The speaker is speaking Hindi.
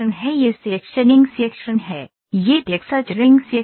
यह सेक्शनिंग सेक्शन है यह टेक्सचरिंग सेक्शन है